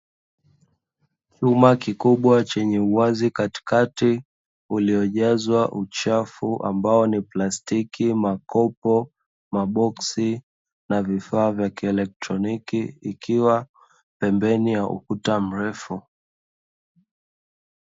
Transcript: Chumba kikubwa chenye uwazi katikati uliojazwa uchafu ambao ni plastiki, makopo, maboksi na vifaa vya kielekroniki ikiwa pembeni ya ukuta mrefu.